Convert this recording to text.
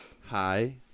Hi